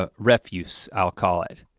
ah refuse i'll call it.